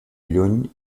lluny